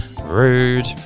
Rude